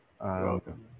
welcome